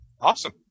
Awesome